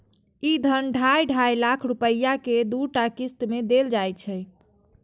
ई धन ढाइ ढाइ लाख रुपैया के दूटा किस्त मे देल जाइ छै